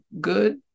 good